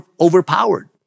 overpowered